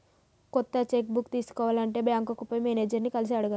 కొత్త cheque book తీసుకోవాలి అంటే బ్యాంకుకు పోయి మేనేజర్ ని కలిసి అడగాలి